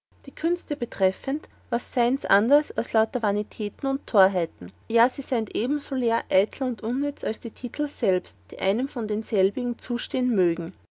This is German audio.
die künste betreffend was seinds anders als lauter vanitäten und torheiten ja sie seind ebenso leer eitel und unnütz als die titul selbst die einem von denselbigen zustehen mögen